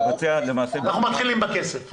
אנחנו מתחילים בכסף.